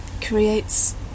creates